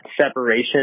separation